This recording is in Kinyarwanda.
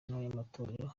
y’amatorero